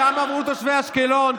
גם עבור תושבי אשקלון,